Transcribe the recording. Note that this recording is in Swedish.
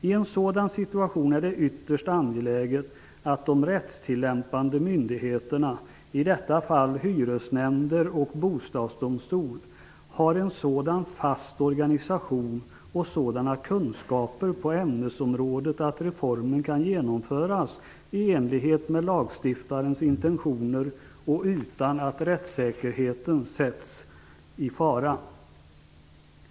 I en sådan situation är det ytterst angeläget att de rättstillämpande myndigheterna, i detta fall hyresnämnder och bostadsdomstol, har en sådan fast organisation och sådana kunskaper på ämnesområdet att reformen kan genomföras i enlighet med lagstiftarens intentioner och utan att rättssäkerheten sätts i fara.